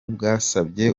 bwasabye